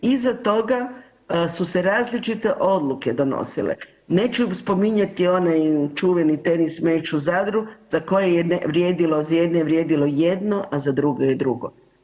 Iza toga su se različite odluke donosile, neću spominjati onaj čuveni tenis meč u Zadru za koje je vrijedilo, za jedne je vrijedilo jedno, a za druge je drugo.